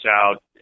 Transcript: out